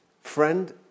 Friend